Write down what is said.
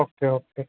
okay okay